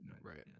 right